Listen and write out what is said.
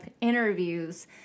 interviews